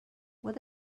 what